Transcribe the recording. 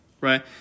right